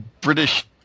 British